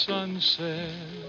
Sunset